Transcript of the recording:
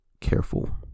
Careful